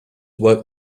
work